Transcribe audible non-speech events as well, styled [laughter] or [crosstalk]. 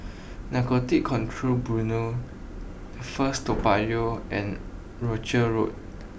[noise] Narcotics Control Bureau first Toa Payoh and Rochor Road